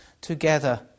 together